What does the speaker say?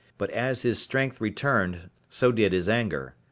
but as his strength returned so did his anger.